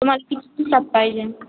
तुम्हाला किती दिवसात पाहिजेन